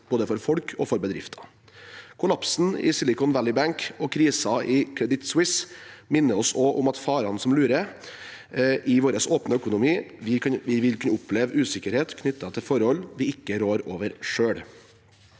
både for folk og for bedrifter. Kollapsen i Silicon Valley Bank og krisen i Credit Suisse minner oss også om farene som lurer i vår åpne økonomi. Vi vil kunne oppleve usikkerhet knyttet til forhold vi ikke rår over selv.